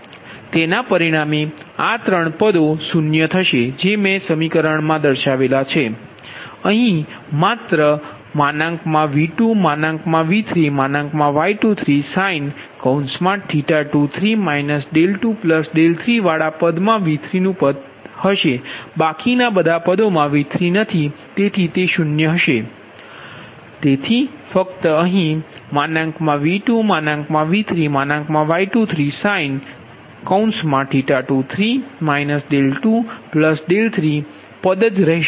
તે ના પરીણામે આ ત્રણે પદો 0 જ હશે અહીં માત્ર V2V3Y23sin⁡23 23 વાડા પદ મા V3 નુ પદ હશે તેથી ફક્ત અહીં V2V3Y23sin⁡ 23 23 પદ જ રહેશે